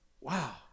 Wow